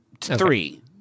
three